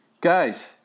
guys